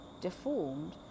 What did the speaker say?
deformed